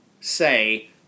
say